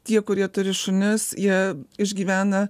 tie kurie turi šunis jie išgyvena